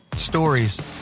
Stories